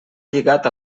lligat